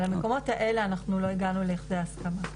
על המקומות האלה אנחנו לא הגענו לכדי הסכמה.